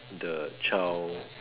the child